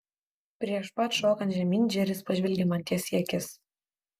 prieš pat šokant žemyn džeris pažvelgė man tiesiai į akis